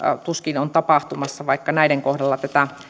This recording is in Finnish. tuskin on tapahtumassa vaikka näiden kohdalla